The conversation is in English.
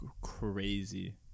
crazy